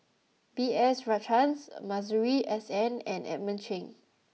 B S Rajhans Masuri S N and Edmund Cheng